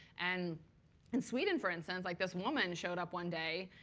and in sweden, for instance, like this woman showed up one day.